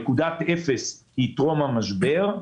נקודת אפס היא טרום המשבר,